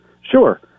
Sure